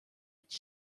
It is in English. its